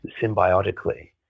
symbiotically